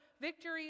victory